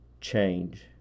change